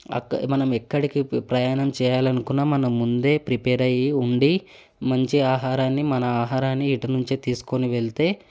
మనం ఎక్కడికి ప్రయాణం చేయాలనుకున్నా మనం ముందే ప్రిపేర్ అయ్యి ఉండి మంచి ఆహారాన్ని మన ఆహారాన్ని ఇటు నుంచే తీసుకొని వెళ్తే